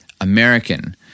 American